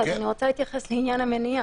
אני רוצה להתייחס לעניין המניעה.